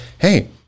hey